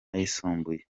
n’ayisumbuye